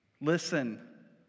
Listen